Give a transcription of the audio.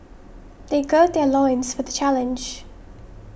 they gird their loins for the challenge